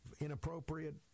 inappropriate